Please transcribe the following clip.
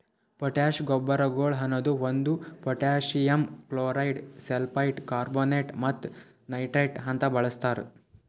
potash ಗೊಬ್ಬರಗೊಳ್ ಅನದು ಒಂದು ಪೊಟ್ಯಾಸಿಯಮ್ ಕ್ಲೋರೈಡ್, ಸಲ್ಫೇಟ್, ಕಾರ್ಬೋನೇಟ್ ಮತ್ತ ನೈಟ್ರೇಟ್ ಅಂತ ಬಳಸ್ತಾರ್